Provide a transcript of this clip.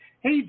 Hey